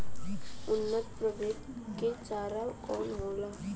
उन्नत प्रभेद के चारा कौन होला?